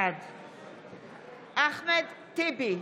בעד אחמד טיבי,